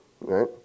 right